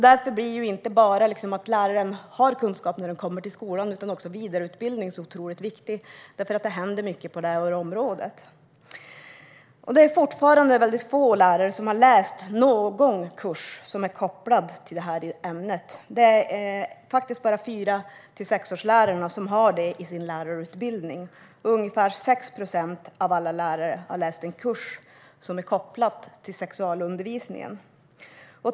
Därför handlar det inte bara om att lärarna har kunskap när de kommer till skolan, utan även vidareutbildning är otroligt viktigt. Det händer nämligen mycket på det här området. Det är fortfarande väldigt få lärare som har läst någon kurs som är kopplad till det här ämnet. Det är faktiskt bara lärarna i årskurs fyra till sex som har detta i sin lärarutbildning. Ungefär 6 procent av alla lärare har läst en kurs som är kopplad till sexualundervisningen.